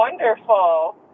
wonderful